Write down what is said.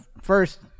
first